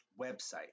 website